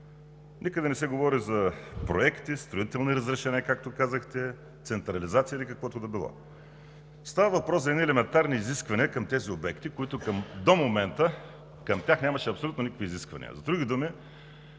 Никъде не се говори за проекти, строителни разрешения, както казахте, централизация или каквото и да било. Става въпрос за едни елементарни изисквания към тези обекти, за които до момента нямаше абсолютно никакви изисквания. С други думи,